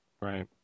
right